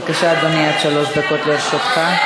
בבקשה, אדוני, עד שלוש דקות לרשותך.